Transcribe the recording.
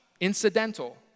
Incidental